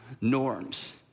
norms